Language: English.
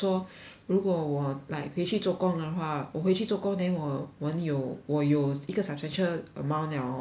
如果我 like 回去做工的话我回去做工 then 我我很有我有一个 substantial amount liao hor I mean